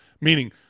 Meaning